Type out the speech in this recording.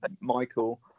Michael